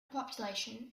population